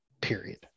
period